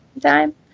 time